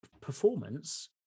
performance